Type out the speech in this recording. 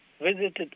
visited